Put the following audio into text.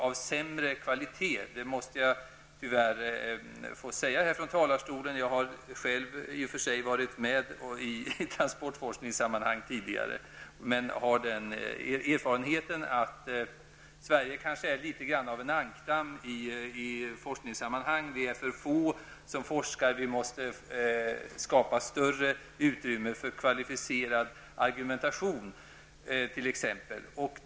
Jag måste tyvärr få säga detta från talarstolen, trots att jag i och för sig själv tidigare har varit med i transportforskningssammanhang. Jag har emellertid den erfarenheten att Sverige kanske är litet av en ankdamm i forskningssammanhang. Vi är för få som forskar. Vi måste t.ex. skapa större utrymme för kvalificerad argumentation.